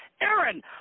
Aaron